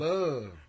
Love